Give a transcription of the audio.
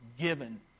given